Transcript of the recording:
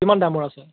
কিমান দামৰ আছে